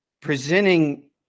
presenting